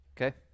Okay